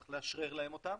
צריך לאשרר להם אותן,